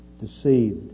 deceived